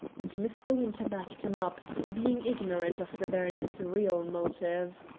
and mr. winter backed him up, being ignorant of the baronet's real motive.